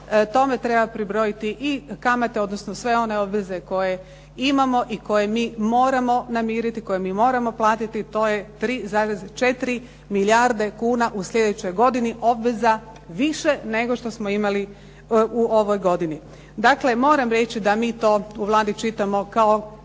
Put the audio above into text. tome treba pribrojiti i kamate odnosno sve one obveze koje imamo i koje mi moramo namiriti, koje mi moramo platiti, to je 3,4 milijarde kuna u slijedećoj godini obveza više nego što smo imali u ovoj godini. Dakle, moram reći da mi to u Vladi čitamo kao